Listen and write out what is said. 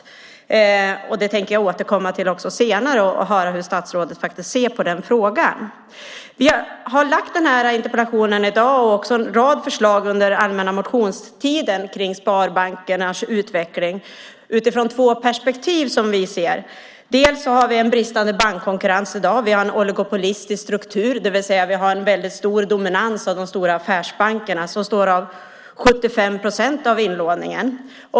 Jag tänker återkomma till detta senare och höra hur statsrådet ser på den frågan. Jag har ställt denna interpellation och också kommit med en rad förslag under den allmänna motionstiden kring sparbankernas utveckling utifrån två perspektiv som vi ser. Dels har vi en bristande bankkonkurrens i dag. Vi har en oligopolistisk struktur, det vill säga en stor dominans av de stora affärsbankerna. De står för 75 procent av inlåningen.